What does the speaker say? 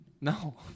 No